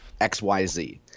XYZ